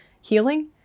healing